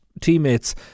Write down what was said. teammates